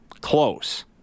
close